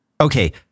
okay